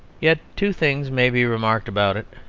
yet two things may be remarked about it.